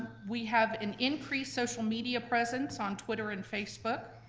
we have an increased social media presence on twitter and facebook.